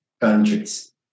countries